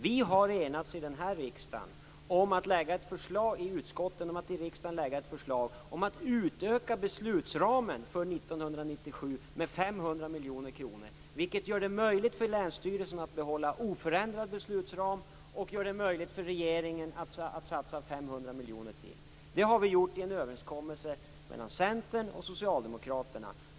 Man har i utskotten enats om att i riksdagen lägga fram ett förslag om att utöka beslutsramen för 1997 med 500 miljoner kronor, vilket gör det möjligt för länsstyrelserna att behålla oförändrad beslutsram och gör det möjligt för regeringen att satsa 500 miljoner till. Det har vi gjort i en överenskommelse mellan Centern och Socialdemokraterna.